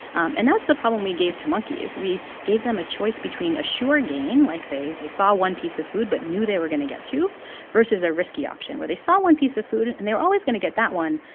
um and that's the problem we gave to monkeys. we gave them a choice between a sure gain like, they they saw one piece of food but knew they were going to get two versus a risky option, where they saw one piece of food and they were always going to get that one,